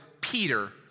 Peter